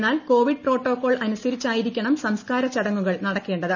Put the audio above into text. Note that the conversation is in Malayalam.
എന്നാൽ കോവിഡ് പ്രോട്ടോക്കോൾ അനുസരിച്ചായിരിക്കണം സംസ്കാര ചടങ്ങുകൾ നടക്കേണ്ടത്